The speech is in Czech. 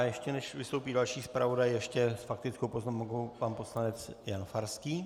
Ještě než vystoupí další zpravodaj, s faktickou poznámkou pan poslanec Jan Farský.